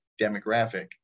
demographic